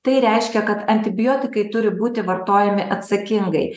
tai reiškia kad antibiotikai turi būti vartojami atsakingai